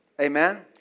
Amen